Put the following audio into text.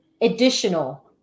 additional